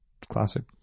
Classic